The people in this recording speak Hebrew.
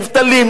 מובטלים,